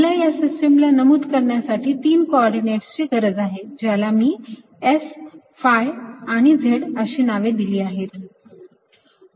मला या सिस्टीमला नमूद करण्यासाठी 3 कोऑर्डिनेटची गरज आहे ज्याला मी S phi आणि Z अशी नावे दिली आहेत